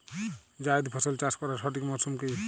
জায়েদ ফসল চাষ করার সঠিক মরশুম কি?